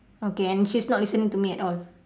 okay and she's not listening to me at all